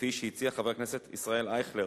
כפי שהציע חבר הכנסת ישראל אייכלר.